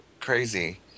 crazy